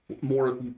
more